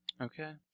Okay